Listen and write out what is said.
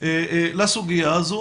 לסוגיה הזו